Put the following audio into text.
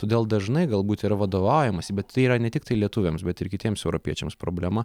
todėl dažnai galbūt yra vadovaujamasi bet tai yra ne tiktai lietuviams bet ir kitiems europiečiams problema